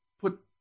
put